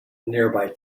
nearby